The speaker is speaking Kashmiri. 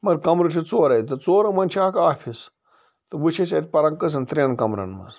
مگر کَمرٕ چھِ ژورٔے تہٕ ژورو منٛز چھِ اَکھ آفِس تہٕ وۄں چھِ أسۍ اَتہِ پَران کٔژَن ترٛیٚن کَمرَن منٛز